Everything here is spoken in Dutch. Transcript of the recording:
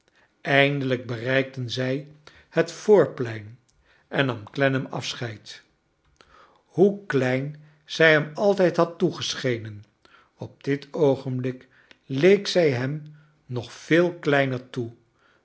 eindelijk bereikten zij het voorplein en nam clennam afscheid hoe i klein zij hem altijd had toegesche nen op dit oogenblik leek zij hem nog veel kleiner toe